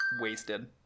wasted